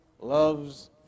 loves